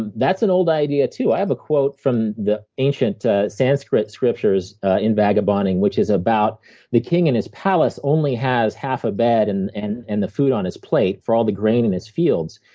and that's an old idea, too. i have a quote from the ancient sanskrit sanskrit scriptures in vagabonding, which is about the king and his palace only has half a bed and and and the food on his plate for all the grain in his fields.